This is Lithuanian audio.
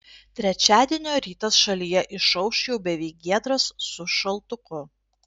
trečiadienio rytas šalyje išauš jau beveik giedras su šaltuku